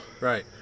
Right